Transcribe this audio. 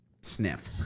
sniff